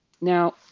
Now